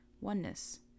oneness